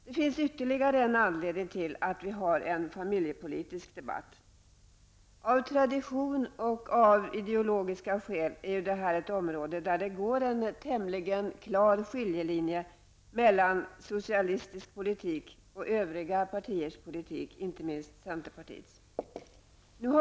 Det finns ytterligare en anledning till att vi har en familjepolitisk debatt. Av tradition och av ideologiska skäl är det här ett område där det går en tämligen klar skiljelinje mellan socialistiska partiers politik och övriga partiers, inte minst centerpartiets, politik.